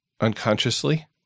unconsciously